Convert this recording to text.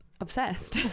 obsessed